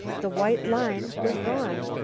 the white line was gone.